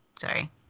Sorry